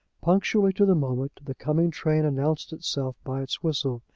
punctually to the moment the coming train announced itself by its whistle,